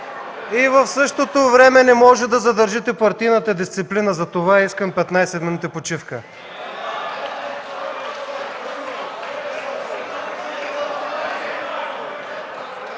и в същото време не може да задържите партийната дисциплина. Искам 15 минути почивка.